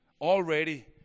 already